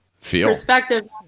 perspective